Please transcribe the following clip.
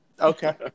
Okay